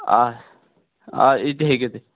آہ آ یہِ تہِ ہیٚکِو تُہۍ